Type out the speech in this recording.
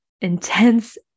intense